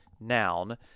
noun